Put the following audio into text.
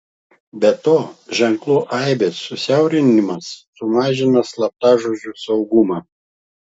be to ženklų aibės susiaurinimas sumažina slaptažodžio saugumą